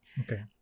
Okay